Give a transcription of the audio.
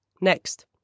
Next